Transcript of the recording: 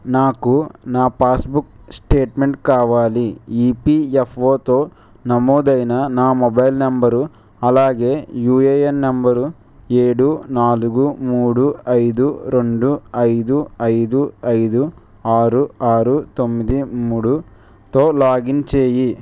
నాకు నా passbook statement కావాలి ఈపిఎఫ్ఓతో నమోదైన నా మొబైల్ నంబరు అలాగే యుఏఎన్ నంబరు ఏడు నాలుగు మూడు ఐదు రెండు ఐదు ఐదు ఐదు ఆరు ఆరు తొమ్మిది మూడుతో లాగిన్ చేయి